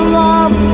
love